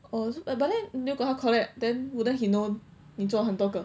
oh so but then 如果他 collect then wouldn't he know 你做很多个